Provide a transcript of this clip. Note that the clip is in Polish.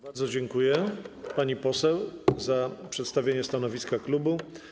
Bardzo dziękuję pani poseł za przedstawienie stanowiska klubu.